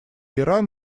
иран